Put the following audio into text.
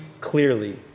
clearly